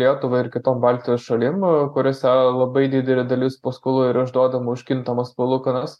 lietuvai ir kitom baltijos šalim kuriose labai didelė dalis paskolų yra išduodama už kintamas palūkanas